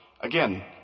Again